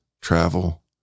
Travel